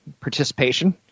participation